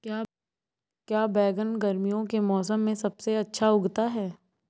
क्या बैगन गर्मियों के मौसम में सबसे अच्छा उगता है?